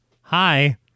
hi